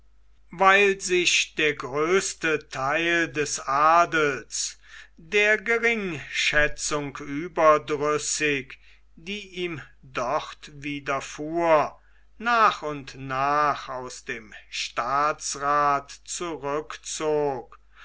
weil sich der größte theil des adels der geringschätzung überdrüssig die ihm dort widerfuhr nach und nach aus dem staatsrath zurückzog